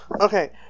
Okay